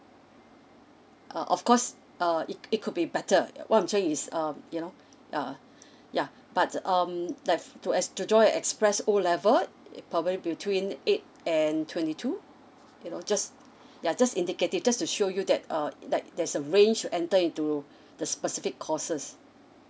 uh of course uh it it could be better what I'm saying is um you know uh yeah but um left to as to join a express O level probably between eight and twenty two you know just yeah just indicate it just to show you that uh like there's a range to enter into the specific courses